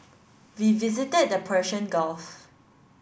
we visited the Persian Gulf